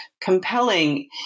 compelling